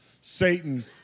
Satan